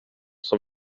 som